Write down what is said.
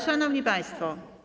Szanowni Państwo!